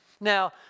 Now